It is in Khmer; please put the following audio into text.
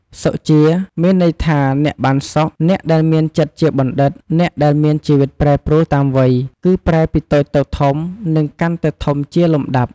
សុជា មានន័យថា អ្នកបានសុខ អ្នកដែលមានចិត្តជាបណ្ឌិត អ្នកដែលមានជីវិតប្រែប្រួលតាមវ័យ គឺប្រែពីតូចទៅធំនិងកាន់តែធំជាលំដាប់។